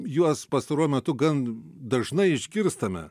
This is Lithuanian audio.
juos pastaruoju metu gan dažnai išgirstame